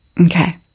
Okay